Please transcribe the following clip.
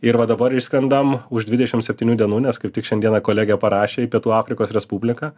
ir va dabar išskrendam už dvidešimt septynių dienų nes kaip tik šiandieną kolegė parašė į pietų afrikos respubliką